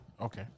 Okay